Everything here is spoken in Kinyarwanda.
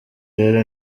rero